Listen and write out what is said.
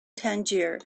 tangier